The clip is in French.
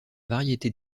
variété